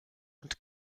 und